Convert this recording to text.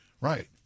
Right